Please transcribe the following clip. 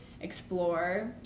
explore